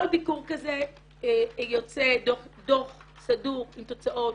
כל ביקור כזה יוצא דוח סדור עם תוצאות,